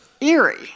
eerie